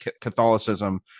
catholicism